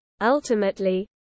Ultimately